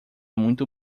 muito